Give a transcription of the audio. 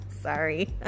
Sorry